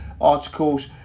articles